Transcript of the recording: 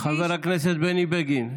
חבר הכנסת בני בגין,